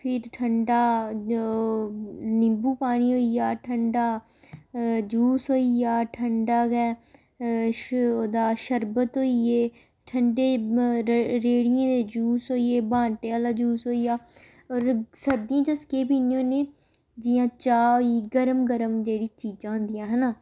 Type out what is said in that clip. फिर ठंडा ओह् निंबू पानी होई गेआ ठंडा जूस होई गेआ ठंडा गै श ओह्दा शरबत होई गे ठंडे रेह्ड़ियें दे जूस होई गे बांटे आह्ला जूस होई गेआ होर सर्दियें च अस केह् पीन्ने होन्ने जि'यां चाह् होई गेई गर्म गर्म जेह्ड़ी चीजां होंदियां हैना